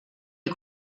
les